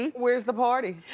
and where's the party?